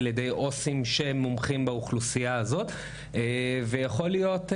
על ידי עו"סים שהם מומחים באוכלוסייה הזאת ויכול להיות,